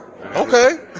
Okay